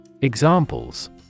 Examples